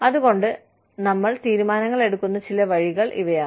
അതുകൊണ്ട് നമ്മൾ തീരുമാനങ്ങൾ എടുക്കുന്ന ചില വഴികൾ ഇവയാണ്